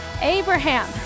Abraham